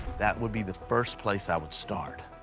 that would be the first place i would start.